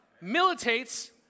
militates